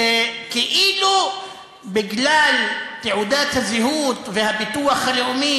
שכאילו בגלל תעודת הזהות והביטוח הלאומי